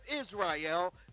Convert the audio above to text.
Israel